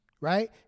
right